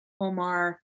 Omar